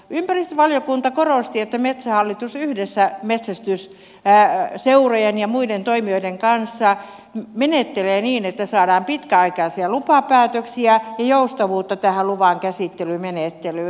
ympäristövaliokunta korosti että metsähallitus yhdessä metsästysseurojen ja muiden toimijoiden kanssa menettelee niin että saadaan pitkäaikaisia lupapäätöksiä ja joustavuutta tähän luvankäsittelymenettelyyn